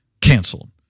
canceled